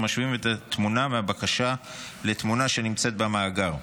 משווים את התמונה מהבקשה לתמונה שנמצאת במאגר.